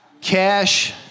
Cash